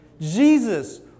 Jesus